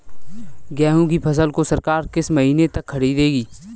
गेहूँ की फसल को सरकार किस महीने तक खरीदेगी?